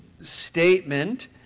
statement